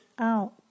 out